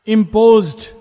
Imposed